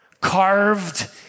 carved